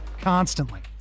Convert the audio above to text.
constantly